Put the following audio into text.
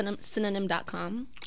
synonym.com